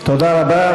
תודה רבה.